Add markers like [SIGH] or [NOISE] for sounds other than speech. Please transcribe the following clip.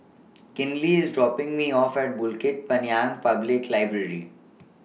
[NOISE] Kinley IS dropping Me off At Bukit Panjang Public Library